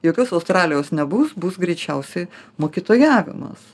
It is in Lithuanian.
jokios australijos nebus bus greičiausiai mokytojavimas